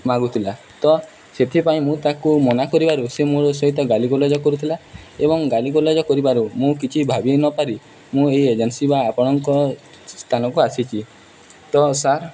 ମାଗୁଥିଲା ତ ସେଥିପାଇଁ ମୁଁ ତାକୁ ମନା କରିବାରୁ ସେ ମୋ ସହିତ ଗାଲିଗୁଲଜ କରୁଥିଲା ଏବଂ ଗାଲିଗୁଲଜ କରିବାରୁ ମୁଁ କିଛି ଭାବି ନପାରି ମୁଁ ଏଇ ଏଜେନ୍ସି ବା ଆପଣଙ୍କ ସ୍ଥାନକୁ ଆସିଛି ତ ସାର୍